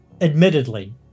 admittedly